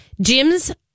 Jim's